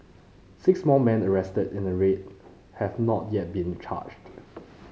six more men arrested in the raid have not yet been charged